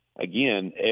again